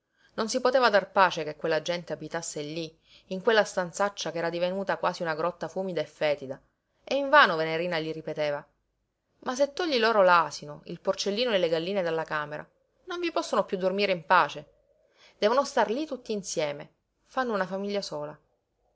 non si poteva dar pace che quella gente abitasse lí in quella stanzaccia ch'era divenuta quasi una grotta fumida e fetida e invano venerina gli ripeteva ma se togli loro l'asino il porcellino e le galline dalla camera non vi possono piú dormire in pace devono star lí tutti insieme fanno una famiglia sola